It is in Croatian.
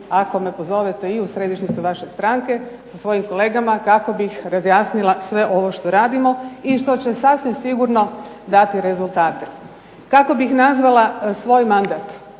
ako me pozovete i u središnjicu vaše stranke sa svojim kolegama kako bih razjasnila sve ovo što radimo i što će sasvim sigurno dati rezultate. Kako bih nazvala svoj mandat?